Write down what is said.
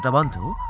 and one two